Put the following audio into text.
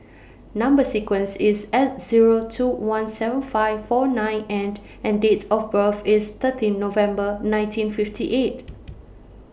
Number sequence IS S Zero two one seven five four nine N and Date of birth IS thirteen November nineteen fifty eight